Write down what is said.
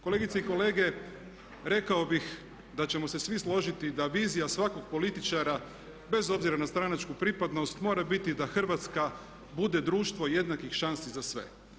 Kolegice i kolege, rekao bih da ćemo se svi složiti da vizija svakog političara bez obzira na stranačku pripadnost mora biti da Hrvatska bude društvo jednakih šansi za sve.